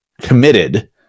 committed